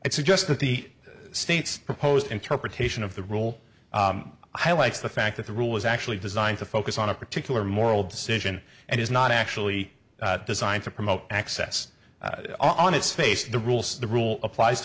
it suggests that the state's proposed interpretation of the rule highlights the fact that the rule is actually designed to focus on a particular moral decision and is not actually designed to promote access on its face the rules the rule applies